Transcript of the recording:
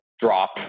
drop